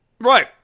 Right